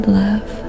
love